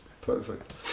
perfect